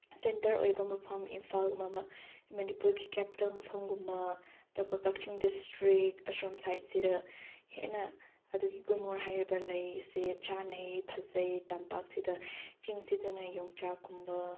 centre ꯑꯣꯏꯕ ꯃꯐꯝ ꯏꯝꯐꯥꯜꯒꯨꯝꯕ ꯑꯃ ꯃꯅꯤꯄꯨꯔꯒꯤ ꯀꯦꯄꯤꯇꯦꯜ ꯃꯐꯝꯒꯨꯝꯕ ꯑꯇꯣꯞꯄ ꯀꯛꯆꯤꯡ ꯗꯤꯁꯇ꯭ꯔꯤꯛ ꯑꯁꯣꯝ ꯁꯥꯏꯗꯁꯤꯗ ꯍꯦꯟꯅ ꯑꯗꯨꯒꯤ ꯒꯨꯔꯃꯣꯍꯣꯔ ꯍꯥꯏꯔꯤꯕ ꯂꯩ ꯑꯁꯦ ꯆꯥꯟꯅꯩ ꯐꯖꯩ ꯇꯝꯄꯥꯛꯁꯤꯗ ꯆꯤꯡꯁꯤꯗꯅ ꯌꯣꯡꯆꯥꯛꯀꯨꯝꯕ